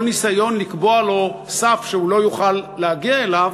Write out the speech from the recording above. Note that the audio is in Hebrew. כל ניסיון לקבוע לו סף שהוא לא יוכל להגיע אליו,